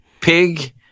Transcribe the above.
pig